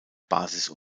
basis